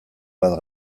bat